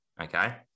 Okay